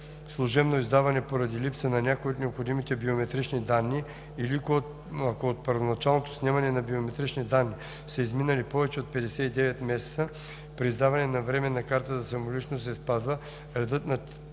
служебно издаване поради липса на някои от необходимите биометрични данни или ако от първоначалното снемане на биометричните данни са изминали повече от 59 месеца, при издаване на временна карта за самоличност се спазва редът на чл.